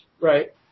Right